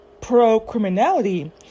pro-criminality